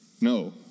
No